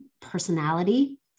personality